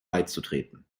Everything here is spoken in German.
beizutreten